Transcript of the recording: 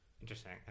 Interesting